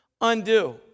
undo